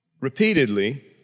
repeatedly